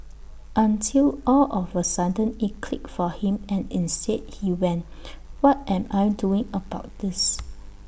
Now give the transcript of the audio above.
until all of A sudden IT clicked for him and instead he went what am I doing about this